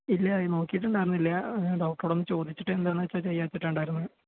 ഇല്ല നോക്കിയിട്ടുണ്ടായിരുന്നില്ല ഡോക്ടറോട് ഒന്ന് ചോദിച്ചിട്ട് എന്താണെന്ന് വച്ചാൽ ചെയ്യാമെന്നു വച്ചിട്ടാണുണ്ടായിരുന്നത്